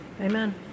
Amen